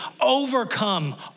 overcome